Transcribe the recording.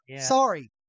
Sorry